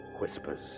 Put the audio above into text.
whispers